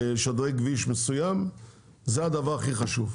זה הדבר הכי חשוב.